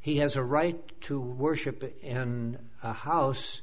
he has a right to worship it and house